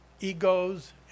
egos